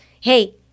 hey